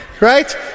right